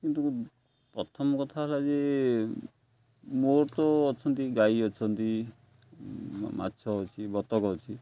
କିନ୍ତୁ ପ୍ରଥମ କଥା ହେଲା ଯେ ମୋର ତ ଅଛନ୍ତି ଗାଈ ଅଛନ୍ତି ମାଛ ଅଛି ବତକ ଅଛି